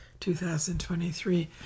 2023